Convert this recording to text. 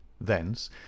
Thence